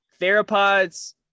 Theropods